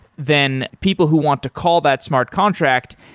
then people who want to call that smart contract,